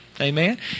Amen